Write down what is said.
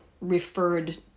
referred